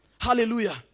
Hallelujah